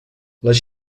les